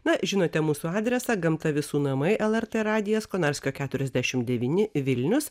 na žinote mūsų adresą gamta visų namai lrt radijas konarskio keturiasdešim devyni vilnius